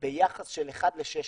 ביחס של 1 ל-600